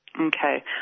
Okay